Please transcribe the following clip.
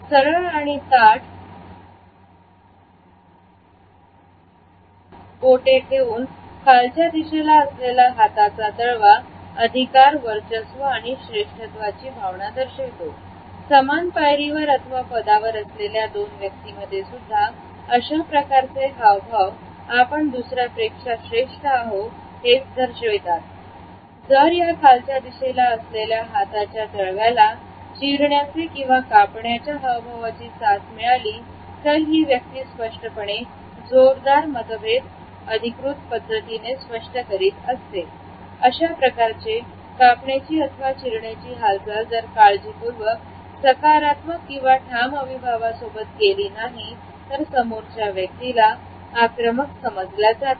सरळ आणि ताठ गोटे ठेवून खालच्या दिशेला असलेला हाताचा तळवा अधिकार वर्चस्व आणि श्रेष्ठत्वाची भावना दर्शवितो समान पायरीवर अथवा पदांवर असलेल्या दोन व्यक्ती मध्ये सुद्धा अशाप्रकारचे हावभाव आपण दुसऱ्या पेक्षा श्रेष्ठ आहो असे दर्शविते जर या खालच्या दिशेला असलेल्या हाताच्या तळव्याला चिरण्याचे किंवा कापण्याचे हावभावांची साथ मिळाली तर ही व्यक्ती स्पष्टपणे जोरदार मतभेद अधिकृत पद्धतीने स्पष्ट करीत असते अशा प्रकारचे कापडाची अथवा चिरण्याची हालचाल जर काळजीपूर्वक सकारात्मक आणि ठाम अविभावासोबत केली नाही तर समोरच्या व्यक्तीला आक्रमक समजल्या जाते